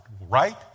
right